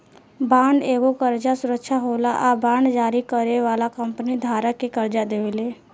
bond एगो कर्जा सुरक्षा होला आ बांड जारी करे वाली कंपनी धारक के कर्जा देवेले